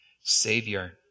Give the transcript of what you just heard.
Savior